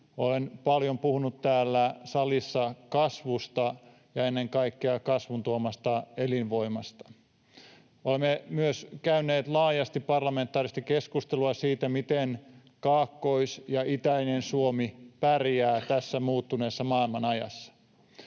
Olen paljon puhunut täällä salissa kasvusta ja ennen kaikkea kasvun tuomasta elinvoimasta. Olemme myös käyneet laajasti parlamentaarista keskustelua siitä, miten Kaakkois- ja itäinen Suomi pärjää tässä muuttuneessa maailmanajassa.